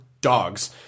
dogs